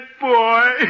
boy